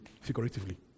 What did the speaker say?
figuratively